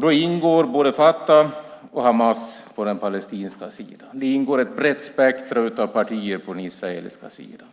Då ingår både Fatah och Hamas på den palestinska sidan. Det ingår ett brett spektrum av partier på den israeliska sidan.